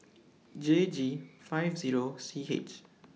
J G five Zero C H